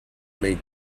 may